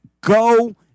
go